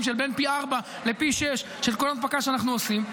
של בין פי ארבעה לפי שישה של כל הנפקה שאנחנו עושים.